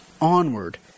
onward